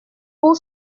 pour